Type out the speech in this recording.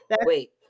Wait